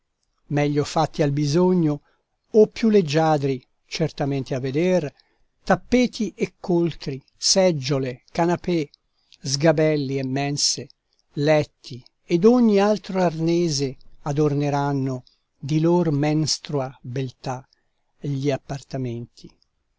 meglio fatti al bisogno o più leggiadri certamente a veder tappeti e coltri seggiole canapè sgabelli e mense letti ed ogni altro arnese adorneranno di lor menstrua beltà gli appartamenti